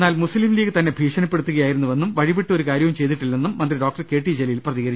എന്നാൽ മുസ്ലീംലീഗ് തന്നെ ഭീഷണിപ്പെടുത്തുകയായി രുന്നുവെന്നും വഴിവിട്ട് ഒരു കാര്യവും ചെയ്തിട്ടില്ലെന്നും മന്ത്രി ഡോക്ടർ കെ ടി ജലീൽ പ്രതികരിച്ചു